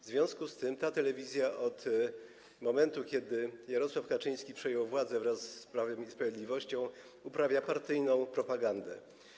A ta telewizja od momentu, kiedy Jarosław Kaczyński przejął władzę wraz z Prawem i Sprawiedliwością, uprawia partyjną propagandę.